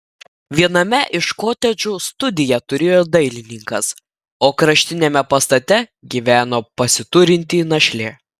viename iš kotedžų studiją turėjo dailininkas o kraštiniame pastate gyveno pasiturinti našlė